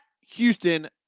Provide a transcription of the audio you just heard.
Houston